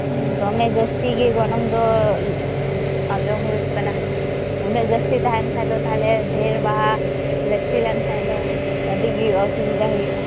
ᱦᱩᱸ ᱫᱚᱢᱮ ᱡᱟᱥᱛᱤ ᱜᱮ ᱜᱚᱱᱚᱝ ᱫᱚ ᱟᱸᱡᱚᱢ ᱦᱩᱭᱩᱜ ᱠᱟᱱᱟ ᱩᱱᱟᱹᱜ ᱡᱟᱥᱛᱤ ᱛᱟᱦᱮᱱ ᱠᱷᱟᱱ ᱫᱚ ᱛᱟᱦᱚᱞᱮ ᱰᱷᱮᱨ ᱵᱟᱦᱟ ᱞᱟᱹᱠᱛᱤ ᱞᱮᱱᱠᱷᱟᱱ ᱫᱚ ᱟᱹᱰᱤᱜᱮ ᱚᱥᱩᱵᱤᱫᱷᱟ ᱦᱩᱭᱩᱜᱼᱟ